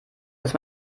dass